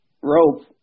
rope